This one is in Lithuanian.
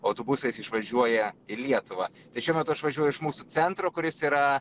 autobusais išvažiuoja į lietuvą tai šiuo metu aš važiuoju iš mūsų centro kuris yra